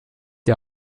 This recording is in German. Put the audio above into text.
die